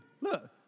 Look